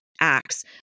acts